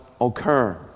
occur